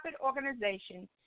organization